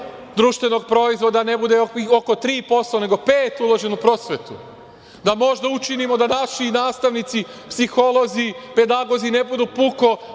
društvenog proizvoda ne bude oko 3% nego 5% uloženo u prosvetu, da možda učinimo da naši nastavnici, psiholoozi, pedagozi ne budu puko